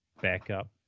backup